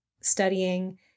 studying